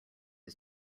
his